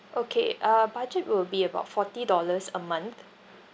okay uh budget will be about forty dollars a month